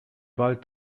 bald